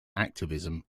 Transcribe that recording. activism